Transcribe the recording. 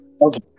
Okay